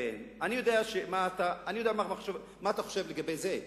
אני יודע מה אתה חושב לגבי זה,